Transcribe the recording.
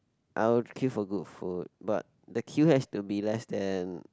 I would queue for good food but the queue has to be less than